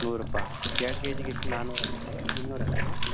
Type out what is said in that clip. ನೂರು ರೂಪಾಯಿ ಎರಡು ಕೆ ಜಿಗೆ ಎಷ್ಟು ನಾನ್ನೂರು ಆಯಿತು ಇನ್ನೂರು ಆಯಿತು